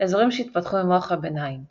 אזורים שהתפתחו ממוח הביניים